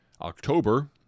October